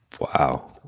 Wow